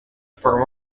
for